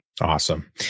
Awesome